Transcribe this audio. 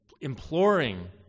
imploring